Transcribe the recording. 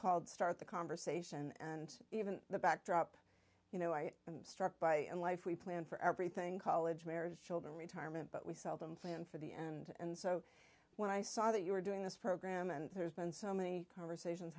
called start the conversation and even the backdrop you know i am struck by in life we plan for everything college marriage children retirement but we seldom plan for the and and so when i saw that you were doing this program and there's been so many conversations